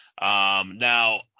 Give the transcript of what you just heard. now